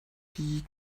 die